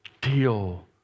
deal